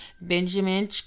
Benjamin